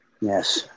Yes